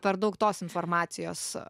per daug tos informacijos